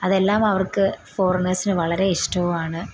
അതെല്ലാമവർക്ക് ഫോറിനേഴ്സിന് വളരെ ഇഷ്ടവുമാണ്